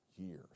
years